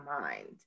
mind